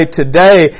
today